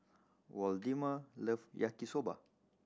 Waldemar love Yaki Soba